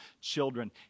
children